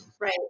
right